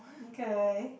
okay